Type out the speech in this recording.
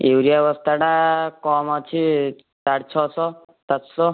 urea ବସ୍ତାଟା କମ୍ ଅଛି ସାଢେ ଛଅଶହ ସାତଶହ